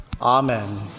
amen